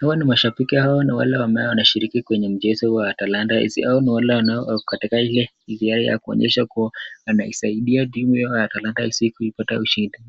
Hawa ni mashabiki hawa ni wale ambao wanashiriki kwenye mcheze wa talanta hizi, hawa ni wale wako katoka ile hiari ya kuonyesha kuwa amesaidia kwa talanta hizi,